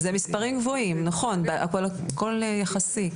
מספרים גבוהים נכון, אבל הכל יחסי.